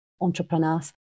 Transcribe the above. entrepreneurs